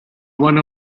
one